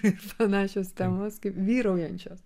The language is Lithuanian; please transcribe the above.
ir panašios temos kaip vyraujančios